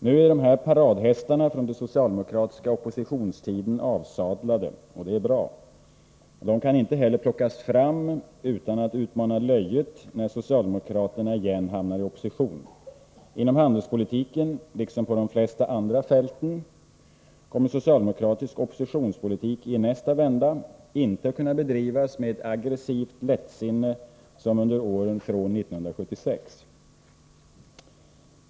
Nu är dessa paradhästar från den socialdemokratiska oppositionstiden avsadlade. Det är bra. De kan inte heller plockas fram utan att utmana löjet när socialdemokraterna igen hamnar i opposition. Inom handelspolitiken liksom på de flesta andra fälten kommer socialdemokratisk oppositionspolitik i nästa vända inte att kunna bedrivas med ett aggressivt lättsinne som under åren från 1976.